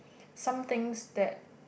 some things that